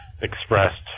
expressed